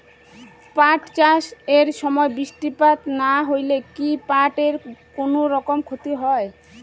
পাট চাষ এর সময় বৃষ্টিপাত না হইলে কি পাট এর কুনোরকম ক্ষতি হয়?